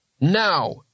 Now